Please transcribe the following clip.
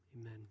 amen